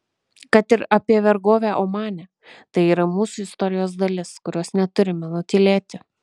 kad ir apie vergovę omane tai yra mūsų istorijos dalis kurios neturime nutylėti